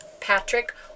Patrick